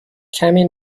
کمی